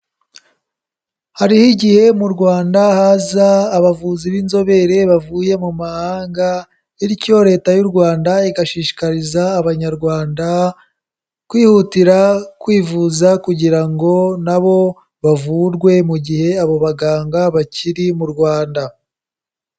Hariho igihe mu Rwanda haza abavuzi b'inzobere bavuye mu mahanga, bityo Leta y'u Rwanda igashishikariza Abanyarwanda, kwihutira kwivuza kugira ngo na bo bavurwe mu gihe abo baganga bakiri mu Rwanda.